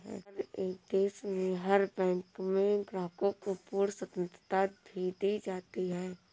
हर एक देश में हर बैंक में ग्राहकों को पूर्ण स्वतन्त्रता भी दी जाती है